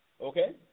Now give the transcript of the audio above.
okay